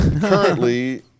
Currently